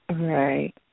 Right